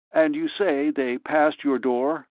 and you say they passed your door?